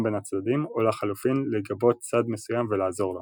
בין הצדדים או לחלופין לגבות צד מסוים ולעזור לו.